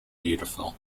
beautiful